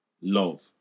love